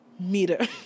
meter